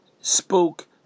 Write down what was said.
spoke